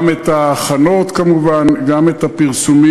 גם את ההכנות, כמובן, גם את הפרסומים,